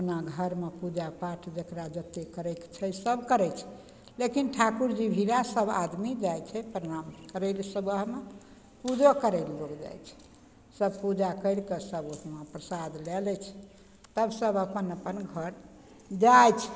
अपना घरमे पूजा पाठ जकरा जते करयके छै सब करय छै लेकिन ठाकुरजी भीरा सब आदमी जाइ छै प्रणाम करय लए सुबहमे पूजो करय लए लोग जाइ छै सब पूजा करिकऽ सब अपना प्रसाद लए लै छै तब सब अपन अपन घर जाइ छै